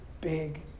big